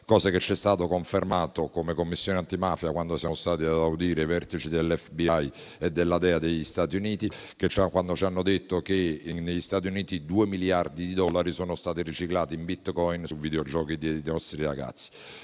cosa che è stata confermata alla Commissione antimafia quando siamo stati a udire i vertici della FBI e della DEA negli Stati Uniti. In tale occasione ci è stato riferito che negli Stati Uniti 2 miliardi di dollari sono stati riciclati in Bitcoin su videogiochi dei nostri ragazzi.